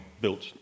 built